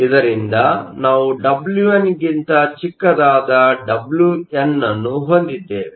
ಇದರಿಂದ ನಾವು Wn ಗಿಂತ ಚಿಕ್ಕದಾದ Wp ಯನ್ನು ಹೊಂದಿದ್ದೇವೆ